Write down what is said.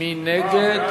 מי נגד?